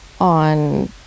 on